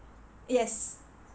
yes